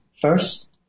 first